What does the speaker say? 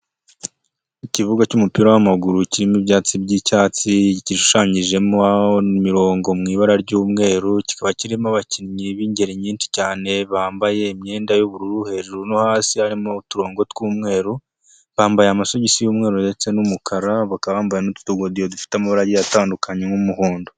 Ikibuga cy'umupira w'amaguru kirimo ibyatsi by'icyatsi, gishushanyijemo imirongo mu ibara ry'umweru kikaba kirimo abakinnyi b'ingeri nyinshi cyane bambaye imyenda yubururu hejuru no hasi harimo uturongo tw'umweru, bambaye amasogisi y'umweru ndetse n'umukara bakaba bambaye n'utugodiyo dufite amabara agiye atandukanye nk'umuhondo.